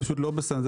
זה פשוט לא בחקיקה.